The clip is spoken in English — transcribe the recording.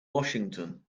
washington